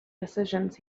decisions